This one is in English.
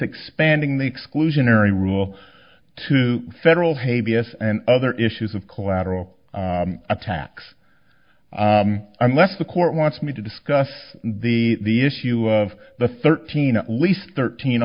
expanding the exclusionary rule to federal hay b s and other issues of collateral attacks unless the court wants me to discuss the issue of the thirteen at least thirteen